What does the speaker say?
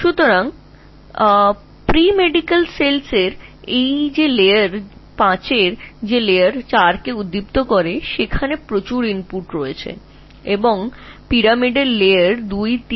সুতরাং স্তর 5 এটি পিরামিড পিরামিড কোষ যা স্তর 4 কে উত্তেজিত করে যেখানে প্রচুর ইনপুট রয়েছে এবং পিরামিড এর স্তর 23 কে